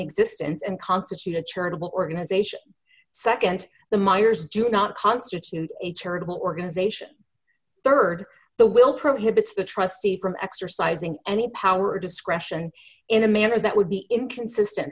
existence and constitute a charitable organization nd the meiers do not constitute a charitable organization rd the will prohibits the trustee from exercising any power discretion in a manner that would be inconsistent